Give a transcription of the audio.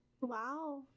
Wow